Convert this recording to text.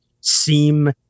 seem